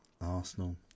arsenal